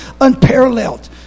unparalleled